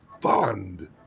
fund